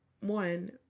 one